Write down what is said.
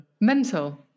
Mental